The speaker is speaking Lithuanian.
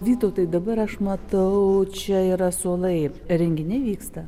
vytautai dabar aš matau čia yra suolai renginiai vyksta